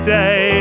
day